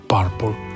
Purple